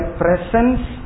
presence